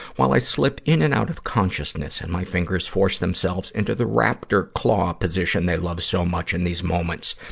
while i slip in and out of consciousness and my fingers force themselves into the raptor claw position they love so much in these moments.